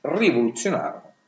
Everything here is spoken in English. rivoluzionarono